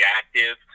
active